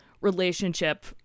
relationship